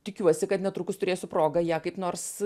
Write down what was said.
tikiuosi kad netrukus turėsiu progą ją kaip nors